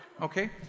okay